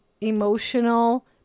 emotional